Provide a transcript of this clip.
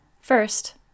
First